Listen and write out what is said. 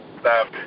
stop